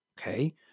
Okay